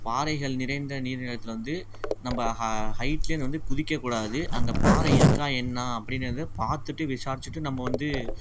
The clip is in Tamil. பாறைகள் நிறைந்த நீர் நிலத்தில் வந்து நம்ம ஹ ஹைட்லேருந்து வந்துக் குதிக்கக்கூடாது அங்கேப் பாறை இருக்கா என்ன அப்படிங்கறதைப் பார்த்துட்டு விசாரித்திட்டு நம்ம வந்து